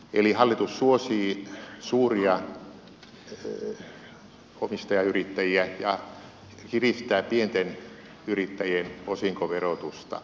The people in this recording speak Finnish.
eli hallitus suosii suuria omistajayrittäjiä ja kiristää pienten yrittäjien osinkoverotusta